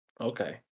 Okay